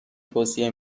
توصیه